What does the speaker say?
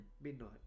Midnight